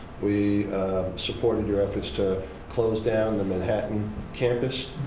we supported your efforts to close down the manhattan campus?